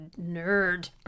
nerd